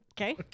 Okay